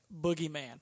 Boogeyman